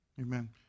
amen